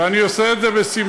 ואני עושה את זה בשמחה,